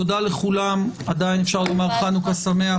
תודה לכולם, עדיין אפשר לומר חנוכה שמח.